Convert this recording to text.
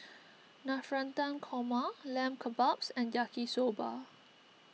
Navratan Korma Lamb Kebabs and Yaki Soba